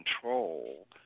control